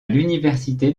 l’université